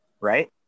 right